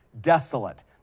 desolate